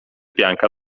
pianka